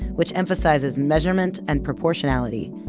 which emphasizes measurement and proportionality.